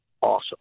awesome